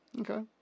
Okay